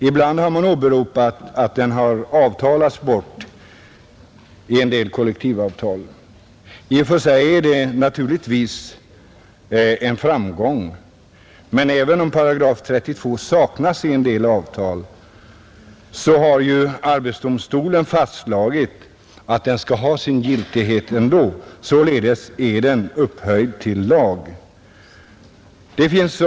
Ibland har man åberopat att den har ”avtalats bort” i en del kollektivavtal. I och för sig är det naturligtvis en framgång. Men även om § 32 saknas i en del avtal så har ju arbetsdomstolen fastslagit att den skall ha sin giltighet ändå. Således är den upphöjd till lag.